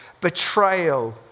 betrayal